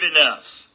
enough